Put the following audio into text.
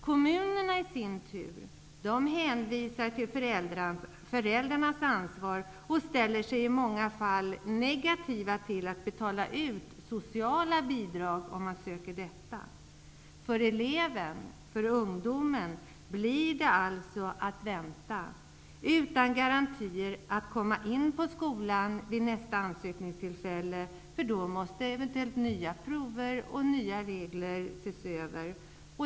Kommunerna i sin tur hänvisar till föräldrarnas ansvar och ställer sig i många fall negativa till att betala ut sociala bidrag, om man söker det. För den unga människan blir det alltså att vänta, utan garantier att komma in på skolan vid nästa ansökningstillfälle -- då måste eventuellt nya prover göras och nya regler följas.